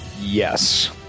Yes